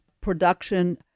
production